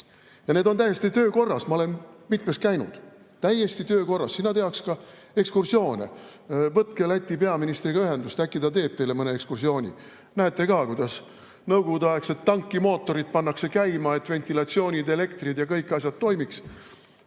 Ja need on täiesti töökorras. Ma olen mitmes käinud. Täiesti töökorras. Sinna tehakse ka ekskursioone. Võtke Läti peaministriga ühendust, äkki ta teeb teile mõne ekskursiooni. Näete ka, kuidas nõukogudeaegsed tankimootorid pannakse käima, et ventilatsioon, elekter ja kõik asjad toimiks.